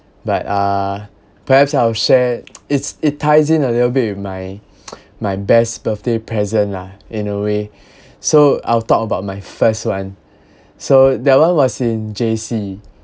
but uh perhaps I'll share it's it ties in a little bit with my my best birthday present lah in a way so I'll talk about my first one so that one was in J_C